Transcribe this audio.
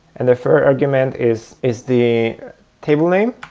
and the third argument is is the table name,